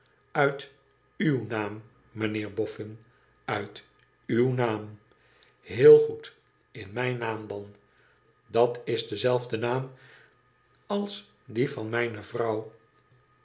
uit uw naam mijnheer boffin uit uw naam heel goed in mijn naam dan dat is dezelfde naam als die van mijne vrouw